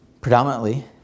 predominantly